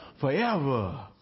forever